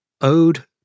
Ode